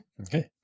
Okay